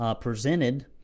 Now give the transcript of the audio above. presented